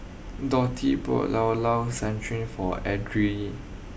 Dotty bought Llao Llao for Edrie